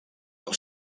del